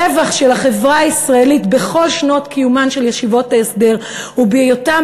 הרווח של החברה הישראלית בכל שנות קיומן של ישיבות ההסדר הוא בהיותן